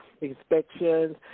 inspections